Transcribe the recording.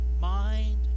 mind